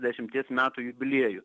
dešimties metų jubiliejų